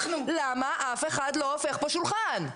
למה אף אחד לא הופך פה שולחן.